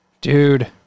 dude